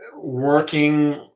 working